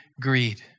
greed